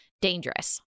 dangerous